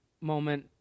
moment